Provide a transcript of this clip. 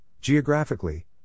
geographically